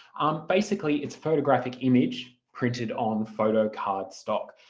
um basically it's a photographic image printed on photocard stock.